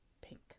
pink